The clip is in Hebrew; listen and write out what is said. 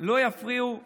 לא יפריעו לצמיחה.